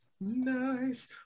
Nice